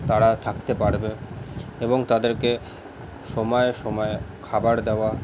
তারা থাকতে পারবে এবং তাদেরকে সময়ে সময়ে খাবার দেওয়া